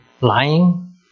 lying